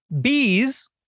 Bees